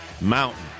Mountain